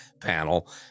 panel